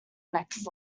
next